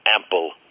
ample